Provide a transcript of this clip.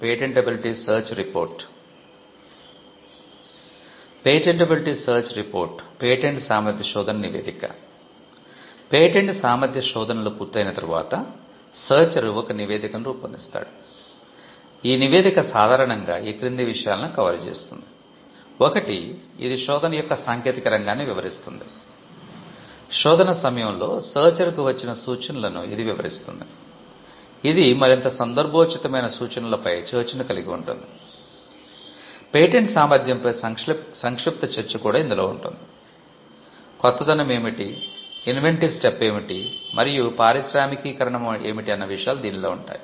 patentability search report ఏమిటి మరియు పారిశ్రామికీకరణం ఏమిటి అన్న విషయాలు దీనిలో ఉంటాయి